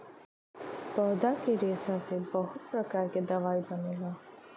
पौधा क रेशा से बहुत प्रकार क दवाई बनला